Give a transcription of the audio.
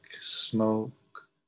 smoke